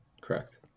Correct